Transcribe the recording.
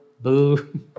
Boo